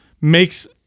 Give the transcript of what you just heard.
makes